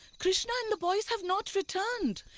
krishna and the boys have not returned!